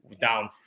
down